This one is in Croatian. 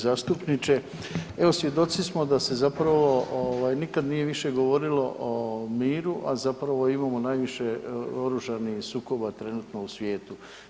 Uvaženi zastupniče evo svjedoci smo da se zapravo nikada nije više govorilo o miru, a zapravo imamo najviše oružanih sukoba trenutno u svijetu.